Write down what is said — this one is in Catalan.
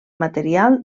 material